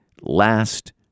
last